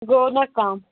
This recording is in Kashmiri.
گوٚو نہ کم